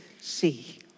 see